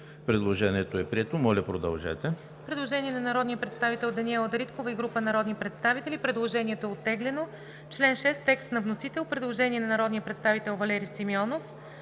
Предложението е прието. Моля, продължете.